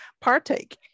partake